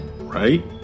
right